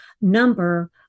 number